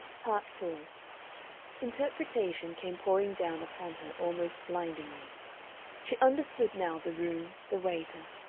part four interpretation came pouring down upon her almost blindingly she understood now the room, the waiter,